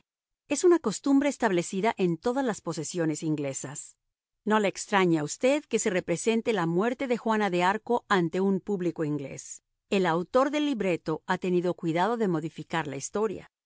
es una costumbre establecida en todas las posesiones inglesas no le extrañe a usted que se represente la muerte de juana de arco ante un público inglés el autor del libreto ha tenido cuidado de modificar la historia